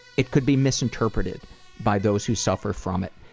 it could be misinterpreted by those who suffer from it.